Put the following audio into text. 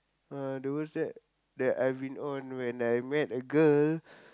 uh those that that I've been on when I met a girl